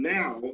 now